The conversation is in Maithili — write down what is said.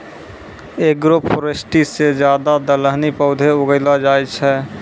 एग्रोफोरेस्ट्री से ज्यादा दलहनी पौधे उगैलो जाय छै